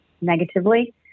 negatively